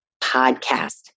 Podcast